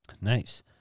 Nice